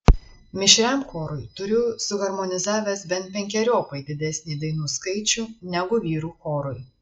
mišriam chorui turiu suharmonizavęs bent penkeriopai didesnį dainų skaičių negu vyrų chorui